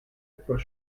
etwas